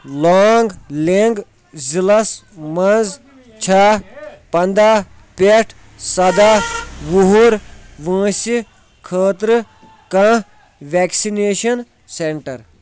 long لیٚنٛگ ضِلعس مَنٛز چھا پنٛداہ پٮ۪ٹھ سَداہ وُہُر وٲنٛسہِ خٲطرٕ کانٛہہ ویکسِنیٚشن سینٹر